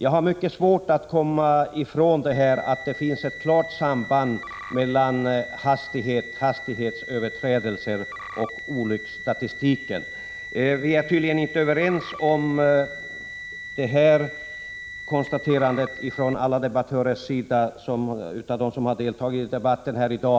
Jag har mycket svårt att komma ifrån att det finns ett klart samband mellan hastighetsöverträdelser och olycksstatistik. Tydligen är inte alla debattörer överens om detta konstaterande,